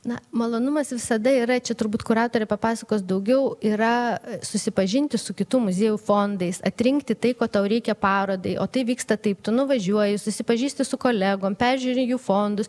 na malonumas visada yra čia turbūt kuratorė papasakos daugiau yra susipažinti su kitų muziejų fondais atrinkti tai ko tau reikia parodai o tai vyksta taip tu nuvažiuoji susipažįsti su kolegom peržiūri jų fondus